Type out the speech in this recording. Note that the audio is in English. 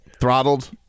throttled